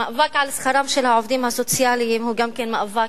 המאבק על שכרם של העובדים הסוציאליים הוא גם כן מאבק,